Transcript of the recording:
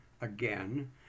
Again